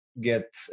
get